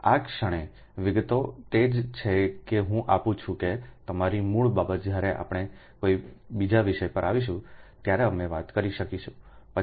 આ ક્ષણે વિગતો તે જ છે કે હું આપું છું કે તમારી મૂળ બાબત જ્યારે આપણે કોઈ બીજા વિષય પર આવીશું ત્યારે અમે વાત કરી શકીશું પછીથી